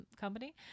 company